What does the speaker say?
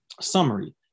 Summary